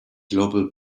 global